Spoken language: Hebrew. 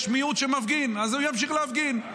יש מיעוט שמפגין, אז הוא ימשיך להפגין.